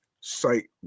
site